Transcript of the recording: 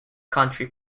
country